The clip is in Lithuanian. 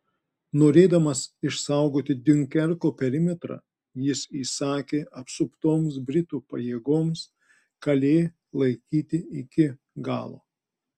norėdamas išsaugoti diunkerko perimetrą jis įsakė apsuptoms britų pajėgoms kalė laikyti iki galo